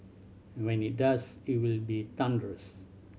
and when it does it will be thunderous